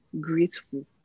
grateful